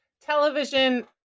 television